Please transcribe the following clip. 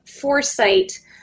foresight